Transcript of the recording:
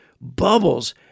bubbles